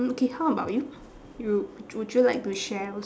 okay how about you you would would you like to share also